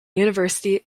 university